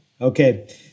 Okay